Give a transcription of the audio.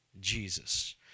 Jesus